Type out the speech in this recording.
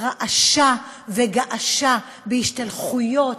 רעשה וגעשה בהשתלחויות,